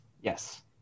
yes